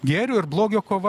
gėrio ir blogio kova